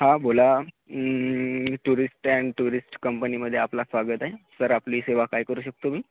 हां बोला tourist and tourist कंपनीमध्ये आपला स्वागत आहे सर आपली सेवा काय करू शकतो मी